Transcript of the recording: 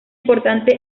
importante